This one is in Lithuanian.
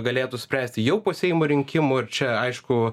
galėtų spręsti jau po seimo rinkimų ir čia aišku